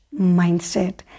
mindset